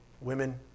women